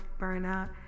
burnout